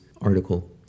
article